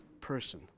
person